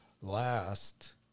Last